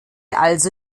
also